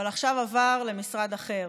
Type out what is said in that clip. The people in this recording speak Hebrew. אבל עכשיו עבר למשרד אחר,